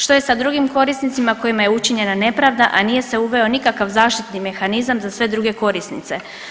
Što je sa drugim korisnicima kojima je učinjena nepravda, a nije se uveo nikakav zaštitni mehanizam za sve druge korisnice.